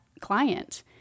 client